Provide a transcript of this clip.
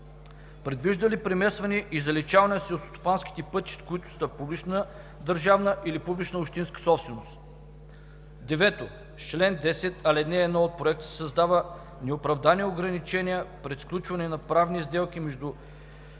предвижда ли преместване или заличаване на селскостопанските пътища, които са публична държавна или публична общинска собственост. 9. С чл. 10, ал. 1 от Проекта се създават неоправдани ограничения пред сключването на правни сделки между